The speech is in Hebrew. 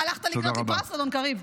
הלכת לקנות לי פרס, אדון קריב?